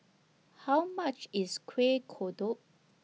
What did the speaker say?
How much IS Kuih Kodok